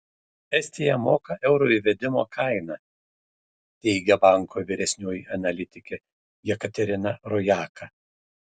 estija moka euro įvedimo kainą teigia banko vyresnioji analitikė jekaterina rojaka